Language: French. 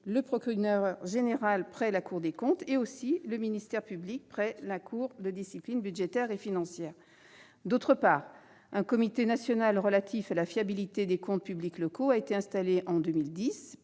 le procureur général près la Cour des comptes et aussi le ministère public près la Cour de discipline budgétaire et financière. Par ailleurs, un comité national relatif à la fiabilité des comptes publics locaux a été installé en 2010.